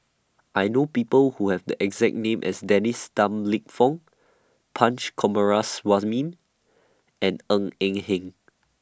I know People Who Have The exact name as Dennis Tan Lip Fong Punch and Ng Eng Hen